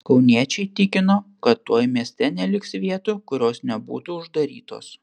kauniečiai tikino kad tuoj mieste neliks vietų kurios nebūtų uždarytos